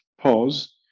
pause